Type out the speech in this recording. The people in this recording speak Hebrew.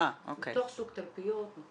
בתוך שוק תלפיות.